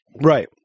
Right